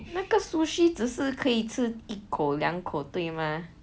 那个 sushi 只是可以吃一口两口对吗